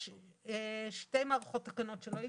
יש שתי מערכות תקנות שלא הגיעו.